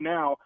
Now